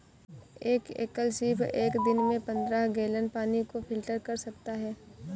एक एकल सीप एक दिन में पन्द्रह गैलन पानी को फिल्टर कर सकता है